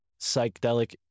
psychedelic